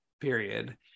period